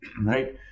right